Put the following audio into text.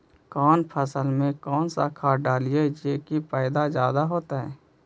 कौन फसल मे कौन सा खाध डलियय जे की पैदा जादे होतय?